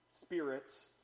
spirits